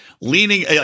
leaning